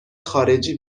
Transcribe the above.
خارجی